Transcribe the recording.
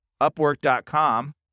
Upwork.com